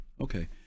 Okay